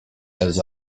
has